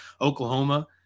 Oklahoma